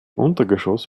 untergeschoss